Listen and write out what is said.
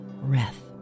breath